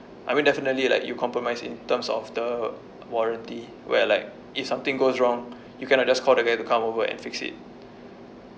I mean definitely like you compromise in terms of the warranty where like if something goes wrong you can like just call the guy to come over and fix it